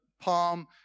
palm